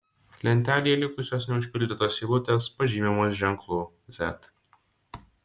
lentelėje likusios neužpildytos eilutės pažymimos ženklu z